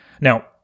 Now